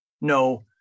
no